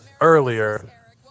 earlier